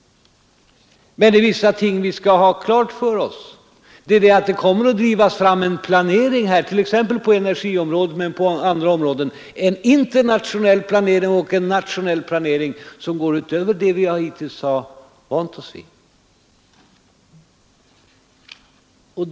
Men det är vissa ting vi skall vara klara över, och det är att det kommer att drivas fram en planering på energiområdet men även på andra områden — en internationell planering och en nationell planering som går utöver det vi hittills har vant oss vid.